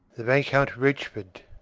the viscount rochford,